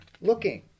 Looking